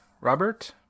Robert